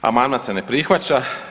Amandman se ne prihvaća.